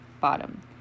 bottom